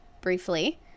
briefly